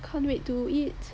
can't wait to eat